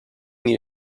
new